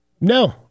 No